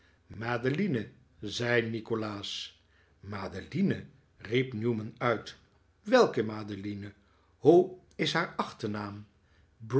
madeline zei nikolaas madeline riep newman uit welke madeline hoe is haar achternaam